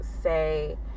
say